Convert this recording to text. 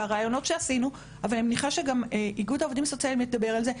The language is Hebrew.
בראיונות שעשינו ואני מניחה שגם איגוד העובדים הסוציאליים מדברות על זה,